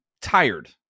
tired